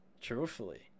truthfully